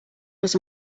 was